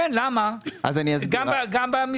בכל פעם נכנס שר